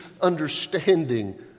understanding